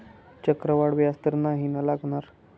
चक्रवाढ व्याज तर नाही ना लागणार?